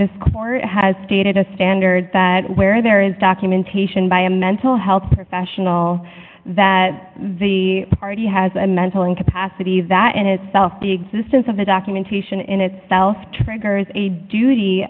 this court has stated a standard that where there is documentation by a mental health professional that the party has a mental incapacity that in itself the existence of the documentation in itself triggers a duty